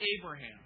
Abraham